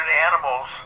Animals